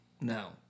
No